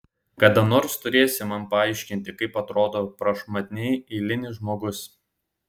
kada nors turėsi man paaiškinti kaip atrodo prašmatniai eilinis žmogus